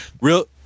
real